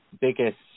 biggest